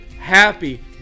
happy